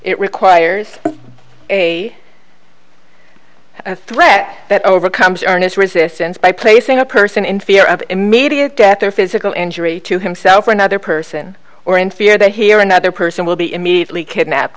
it requires a threat that overcomes earnest resistance by placing a person in fear of immediate death or physical injury to himself or another person or in fear that he or another person will be immediately kidnapped